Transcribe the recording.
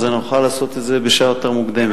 אז נוכל לעשות את זה בשעה יותר מוקדמת.